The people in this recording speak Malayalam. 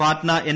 പാറ്റ്ന എൻ